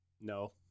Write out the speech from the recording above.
No